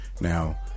Now